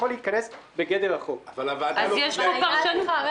--- יכול להיות שלא הבנתי נכון מפאת הסערה שהיתה מקודם.